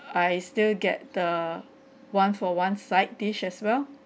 I still get the one for one side dish as well